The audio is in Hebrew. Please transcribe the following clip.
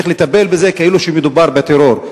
צריך לטפל בזה כאילו מדובר בטרור.